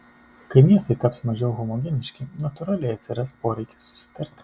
kai miestai taps mažiau homogeniški natūraliai atsiras poreikis susitarti